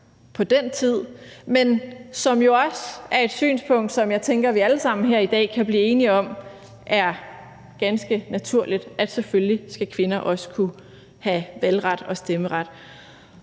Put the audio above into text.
på den tid, men som også er et synspunkt, som jeg tænker vi alle sammen her i dag kan blive enige om er ganske naturligt, for selvfølgelig skal kvinder også have valgret og stemmeret.